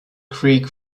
creek